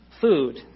Food